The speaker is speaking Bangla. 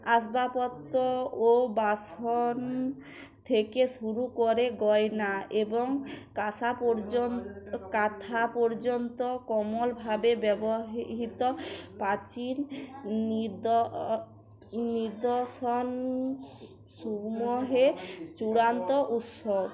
আসবাবপত্র ও বাসন থেকে শুরু করে গয়না এবং কাঁসা পর্যন্ত কাঁথা পর্যন্ত কোমলভাবে ব্যবহিহিত প্রাচীন নির্দেশ নির্দশনাসমূহে চূড়ান্ত উৎস